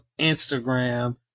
Instagram